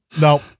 no